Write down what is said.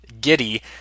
giddy